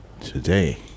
Today